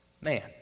man